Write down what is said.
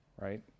right